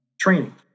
training